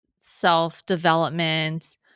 self-development